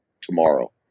tomorrow